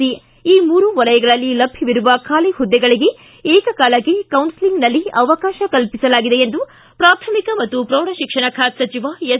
C ಈ ಮೂರೂ ವಲಯಗಳಲ್ಲಿ ಲಭ್ಯವಿರುವ ಖಾಲಿ ಹುದ್ದೆಗಳಗೆ ಏಕಕಾಲಕ್ಷೆ ಕೌನ್ಲೆಲಿಂಗ್ನಲ್ಲಿ ಅವಕಾಶ ಕಲ್ಪಿಸಲಾಗಿದೆ ಎಂದು ಪ್ರಾಥಮಿಕ ಮತ್ತು ಪ್ರೌಢ ಶಿಕ್ಷಣ ಬಾತೆ ಸಚಿವ ಎಸ್